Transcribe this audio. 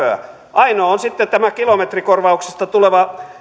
ainoa on sitten tämä kilometrikorvauksesta tuleva